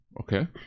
Okay